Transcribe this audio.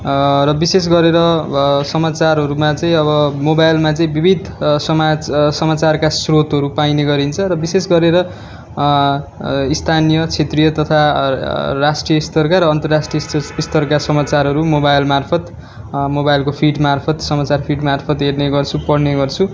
र विशेष गरेर समाचारहरूमा चाहिँ अब मोबाइलमा चाहिँ विविध समाज समाचारका स्रोतहरू पाइने गरिन्छ र विशेष गरेर स्थानीय क्षेत्रिय तथा अर राष्ट्रीय स्तरका र अन्तराष्ट्रीय स्तस स्तरका समाचारहरू मोबाइल मार्फत मोबाइलको फिड मार्फत समाचार फिड मार्फत हेर्नेगर्छु पढ्ने गर्छु